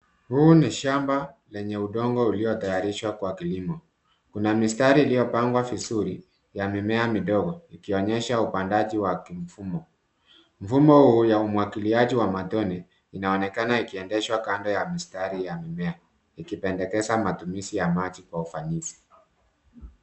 Huu ni shamba lenye udongo ulio tayarishwa kwa kilimo. Kuna mistari iliyo pangwa vizuri ya memea midogo ikionyesha upandaji wa kimfumo. Mfumo huu ya umwagiliaji wa matone inaonekana ikiendeshwa kando ya mistari ya mimea ikipendekeza matumizi ya maji kwa ufanisi.